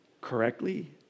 correctly